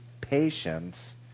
patience